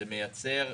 זה מייצר